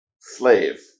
slave